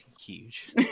huge